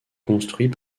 construits